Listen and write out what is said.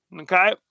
Okay